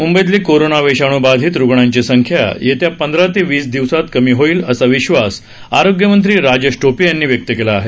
मुंबईतली कोरोना विषाणू बाधित रुग्णांची संख्या येत्या पंधरा ते वीस दिवसात कमी होईल असा विश्वास आरोग्य मंत्री राजेश टोपे यांनी व्यक्त केला आहे